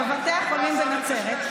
בבתי החולים בנצרת,